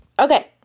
Okay